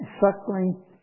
suckling